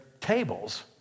tables